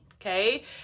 Okay